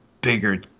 bigger